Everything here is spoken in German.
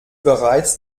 bereits